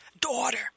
daughter